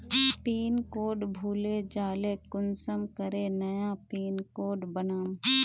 Pin code भूले जाले कुंसम करे नया पिन कोड बनाम?